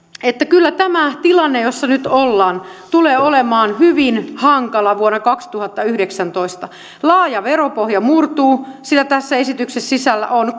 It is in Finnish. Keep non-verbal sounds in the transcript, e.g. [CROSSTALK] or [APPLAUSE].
että kyllä tämä tilanne jossa nyt ollaan tulee olemaan hyvin hankala vuonna kaksituhattayhdeksäntoista laaja veropohja murtuu sillä tässä esityksessä sisällä on [UNINTELLIGIBLE]